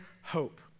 hope